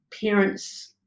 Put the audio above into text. parents